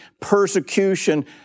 persecution